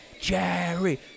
jerry